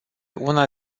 una